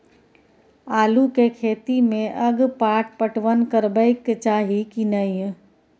आलू के खेती में अगपाट पटवन करबैक चाही की नय?